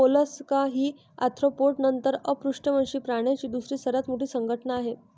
Mollusca ही Arthropoda नंतर अपृष्ठवंशीय प्राण्यांची दुसरी सर्वात मोठी संघटना आहे